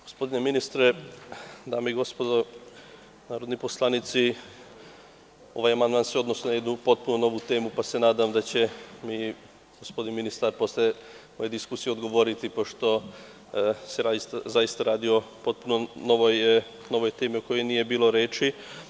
Gospodine ministre, dame i gospodo narodni poslanici, ovaj amandman se odnosi na jednu potpuno novu temu, pa se nadam da će mi gospodin ministar, posle ove diskusije, odgovoriti, pošto se zaista radi o potpuno novoj temi o kojoj nije bilo reči.